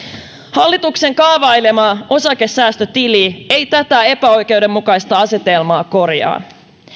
hallituksen kaavailema osakesäästötili ei tätä epäoikeudenmukaista asetelmaa korjaa